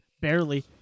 barely